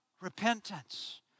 repentance